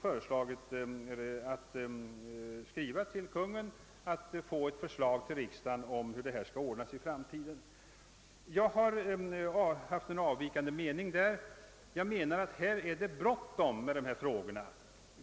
föreslår att riksdagen i skrivelse till Kungl. Maj:t begär förslag om hur saken skall ordnas i framtiden. Jag har haft en avvikande mening därvidlag. Jag anser att det är bråttom med dessa frågor.